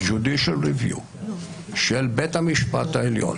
ה-judicial review של בית המשפט העליון